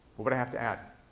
what would i have to add?